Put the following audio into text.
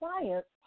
clients